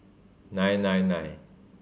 nine nine nine